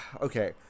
Okay